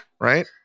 Right